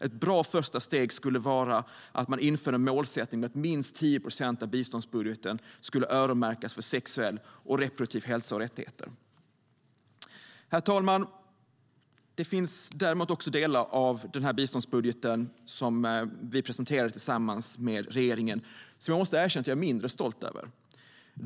Ett bra första steg skulle vara att införa en målsättning om att minst 10 procent av biståndsbudgeten ska öronmärkas för sexuell och reproduktiv hälsa och rättigheter. Herr talman! Det finns dock delar av den biståndsbudget vi presenterar tillsammans med regeringen som jag måste erkänna att jag är mindre stolt över.